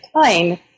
time